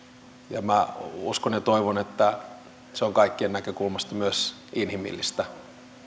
ja minä uskon ja toivon että se on kaikkien näkökulmasta myös inhimillistä